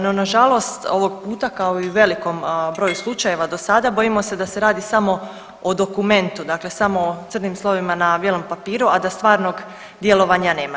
No na žalost ovog puta kao i u velikom broju slučajeva do sada bojimo se da se radi samo o dokumentu, dakle samo o crnim slovima na bijelom papiru, a da stvarnog djelovanja nema.